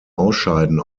ausscheiden